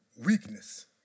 weakness